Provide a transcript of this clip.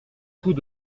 tout